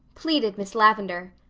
pleaded miss lavendar.